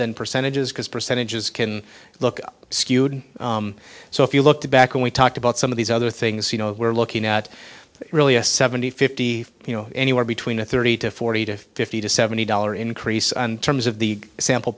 than percentages because percentages can look skewed so if you look back and we talked about some of these other things you know we're looking at really a seventy fifty you know anywhere between a thirty to forty to fifty to seventy dollar increase on terms of the sample